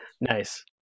Nice